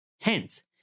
Hence